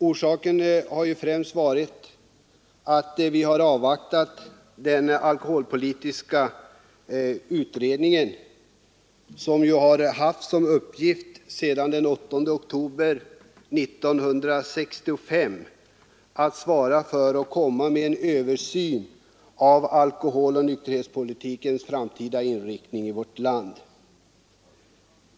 Orsaken har främst varit att vi har avvaktat det slutliga resultatet av den alkoholpolitiska utredningen som sedan den 8 oktober 1965 haft till uppgift att svara för och komma med en översyn av alkoholoch nykterhetspolitikens framtida inriktning i vårt land.